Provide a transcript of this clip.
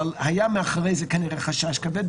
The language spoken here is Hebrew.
אבל היה מאחורי זה כנראה חשש כבד,